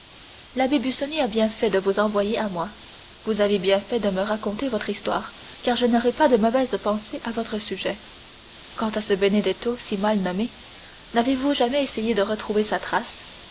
l'abbé busoni a bien fait de vous envoyer à moi vous avez bien fait de me raconter votre histoire car je n'aurai pas de mauvaises pensées à votre sujet quant à ce benedetto si mal nommé n'avez-vous jamais essayé de retrouver sa trace